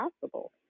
possible